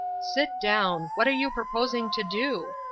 sit down! what are you proposing to do?